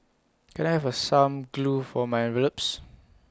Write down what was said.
can I have A some glue for my envelopes